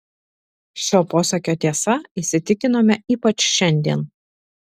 šio posakio tiesa įsitikinome ypač šiandien